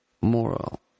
moral